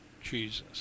Jesus